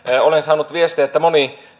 olen saanut viestejä että moni